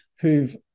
who've